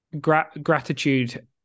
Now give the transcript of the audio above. gratitude